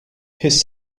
his